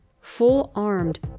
full-armed